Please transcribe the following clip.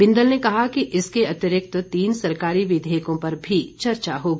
बिंदल ने कहा कि इसके अतिरिक्त तीन सरकारी विधेयकों पर भी चर्चा होगी